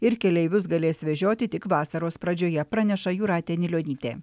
ir keleivius galės vežioti tik vasaros pradžioje praneša jūratė anilionytė